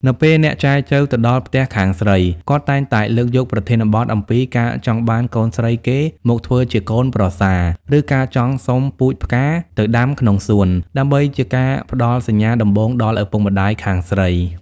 នៅពេលអ្នកចែចូវទៅដល់ផ្ទះខាងស្រី គាត់តែងតែលើកយកប្រធានបទអំពី "ការចង់បានកូនស្រីគេមកធ្វើជាកូនប្រសា" ឬ "ការចង់សុំពូជផ្កាទៅដាំក្នុងសួន" ដើម្បីជាការផ្ដល់សញ្ញាដំបូងដល់ឪពុកម្ដាយខាងស្រី។